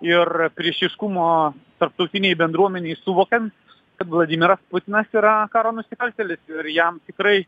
ir priešiškumo tarptautinei bendruomenei suvokiant kad vladimiras putinas yra karo nusikaltėlis ir jam tikrai